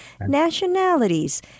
nationalities